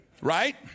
Right